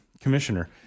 Commissioner